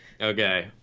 Okay